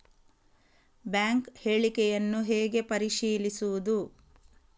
Bank ಹೇಳಿಕೆಯನ್ನು ಹೇಗೆ ಪರಿಶೀಲಿಸುವುದು?